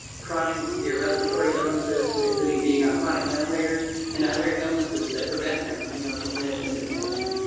chronic and severe respiratory illnesses including being on chronic ventilators, and other illnesses that prevent them from be able to live independently.